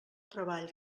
treball